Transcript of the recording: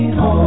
Home